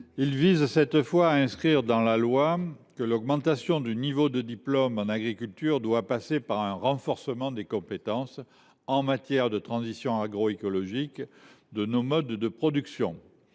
rectifié et vise à inscrire dans la loi que l’augmentation du niveau de diplôme en agriculture doit passer par un renforcement des compétences en matière de transition agroécologique de nos modes de production.